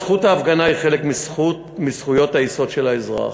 זכות ההפגנה היא חלק מזכויות היסוד של האזרח,